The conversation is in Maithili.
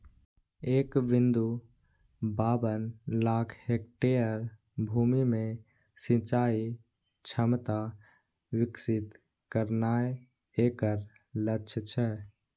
एक बिंदु बाबन लाख हेक्टेयर भूमि मे सिंचाइ क्षमता विकसित करनाय एकर लक्ष्य छै